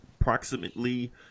approximately